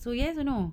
so yes or no